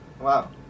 Wow